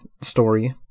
story